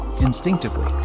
instinctively